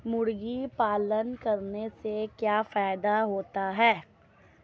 मुर्गी पालन करने से क्या फायदा होता है?